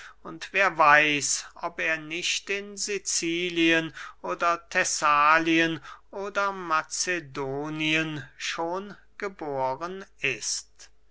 und wer weiß ob er nicht in sicilien oder thessalien oder macedonien schon geboren ist